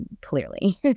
Clearly